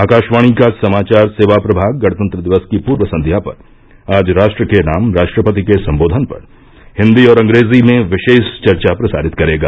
आकाशवाणी का समाचार सेवा प्रभाग गणतंत्र दिवस की पूर्व संध्या पर आज राष्ट्र के नाम राष्ट्रपति के संबोधन पर हिन्दी और अंग्रेजी में विशेष चर्चा प्रसारित करेगा